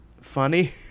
funny